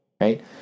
right